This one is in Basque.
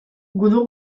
gudu